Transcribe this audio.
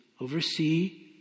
oversee